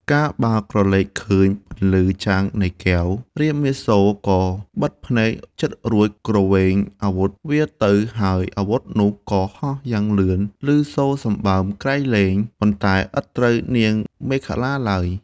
កាលបើក្រឡេកឃើញពន្លឺចាំងនៃកែវ រាមាសូរក៏បិទភ្នែកជិតរួច គ្រវែងអាវុធវាទៅ ហើយអាវុធនោះក៏ហោះយ៉ាងលឿនឮសូរសម្បើមក្រៃលែង ប៉ុន្តែឥតត្រូវនាងមេខលាឡើយ។